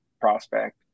prospect